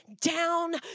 down